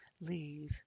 leave